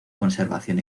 conservación